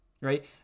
right